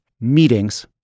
Meetings